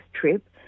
trip